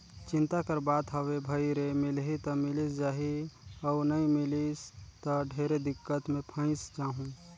चिंता कर बात हवे भई रे मिलही त मिलिस जाही अउ नई मिलिस त ढेरे दिक्कत मे फंयस जाहूँ